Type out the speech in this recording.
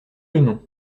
non